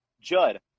Judd